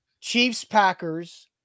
Chiefs-Packers –